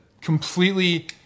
completely